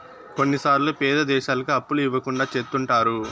కొన్నిసార్లు పేద దేశాలకు అప్పులు ఇవ్వకుండా చెత్తుంటారు